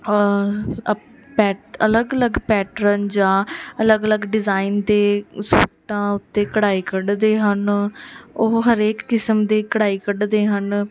pet ਅਲੱਗ ਅਲੱਗ pattern ਜਾਂ ਅਲੱਗ ਅਲੱਗ ਡਿਜ਼ਾਇਨ ਦੇ ਸੂਟਾਂ ਉੱਤੇ ਕਢਾਈ ਕੱਢਦੇ ਹਨ ਉਹ ਹਰੇਕ ਕਿਸਮ ਦੀ ਕਢਾਈ ਕੱਢਦੇ ਹਨ